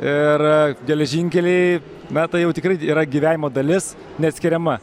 ir geležinkeliai na tai jau tikrai yra gyvenimo dalis neatskiriama